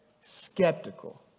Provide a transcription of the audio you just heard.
skeptical